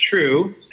true